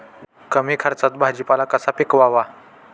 कमी खर्चात भाजीपाला कसा पिकवावा?